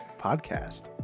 podcast